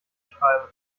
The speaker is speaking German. schreiben